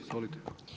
Izvolite.